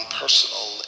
personal